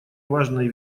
важной